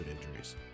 injuries